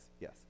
Yes